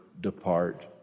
depart